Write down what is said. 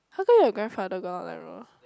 how come your grandfather got a Landrover